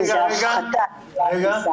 רגע,